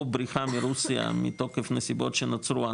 או בריחה מרוסיה מתוקף נסיבות שנוצרו,